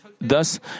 Thus